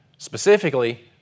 Specifically